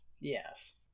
Yes